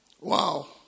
Wow